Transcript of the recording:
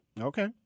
Okay